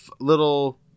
little